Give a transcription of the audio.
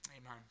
Amen